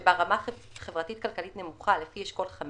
שבה רמה חברתית כלכלית נמוכה לפי אשכול 5